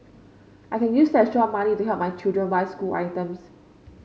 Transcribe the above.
I can use the extra money to help my children buy school items